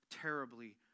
terribly